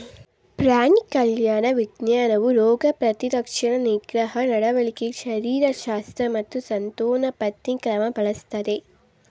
ಪ್ರಾಣಿ ಕಲ್ಯಾಣ ವಿಜ್ಞಾನವು ರೋಗ ಪ್ರತಿರಕ್ಷಣಾ ನಿಗ್ರಹ ನಡವಳಿಕೆ ಶರೀರಶಾಸ್ತ್ರ ಮತ್ತು ಸಂತಾನೋತ್ಪತ್ತಿ ಕ್ರಮ ಬಳಸ್ತದೆ